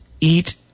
eat